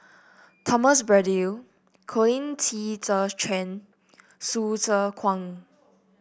Thomas Braddell Colin Qi Zhe Quan Hsu Tse Kwang